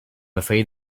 afraid